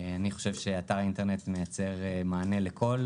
אני חושב שאתר האינטרנט מייצר מענה לכל